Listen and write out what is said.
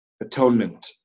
atonement